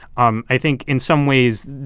um i think in some ways,